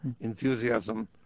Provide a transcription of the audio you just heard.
enthusiasm